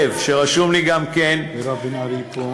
ענת לוי ואייל לב-ארי.